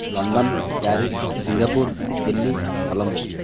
London Paris Singapore Delhi Colombo